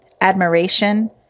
admiration